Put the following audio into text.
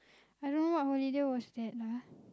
I don't know what holiday was that lah